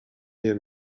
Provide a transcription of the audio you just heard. hear